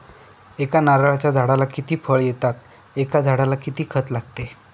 एका नारळाच्या झाडाला किती फळ येतात? एका झाडाला किती खत लागते?